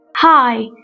Hi